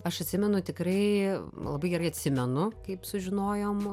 aš atsimenu tikrai labai gerai atsimenu kaip sužinojom